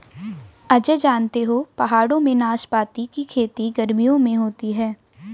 अजय जानते हो पहाड़ों में नाशपाती की खेती गर्मियों में होती है